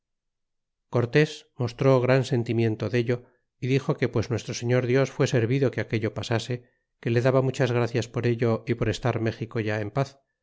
cortés mostró gran sentimiento dello y dixo que pues nuestro señor dios fué servido que aquello pasase que le daba muchas gracias por ello y por estar méxico ya en paz